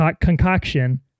concoction